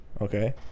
Okay